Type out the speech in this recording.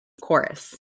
Chorus